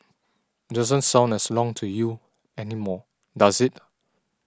doesn't sound as long to you anymore does it